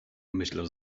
myślał